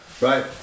Right